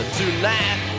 tonight